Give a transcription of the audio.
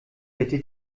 bitte